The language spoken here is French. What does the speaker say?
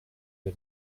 les